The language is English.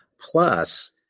Plus